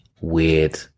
weird